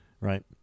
right